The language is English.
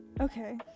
Okay